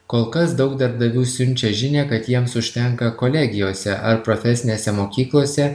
kol kas daug darbdavių siunčia žinią kad jiems užtenka kolegijose ar profesinėse mokyklose